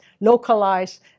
localize